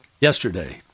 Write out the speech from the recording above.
yesterday